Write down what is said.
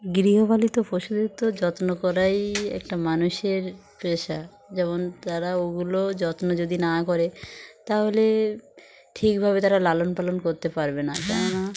গৃহপালিত পশুদের তো যত্ন করাই একটা মানুষের পেশা যেমন তারা ওগুলো যত্ন যদি না করে তাহলে ঠিকভাবে তারা লালন পালন করতে পারবে না কেননা